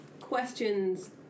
questions